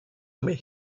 nommé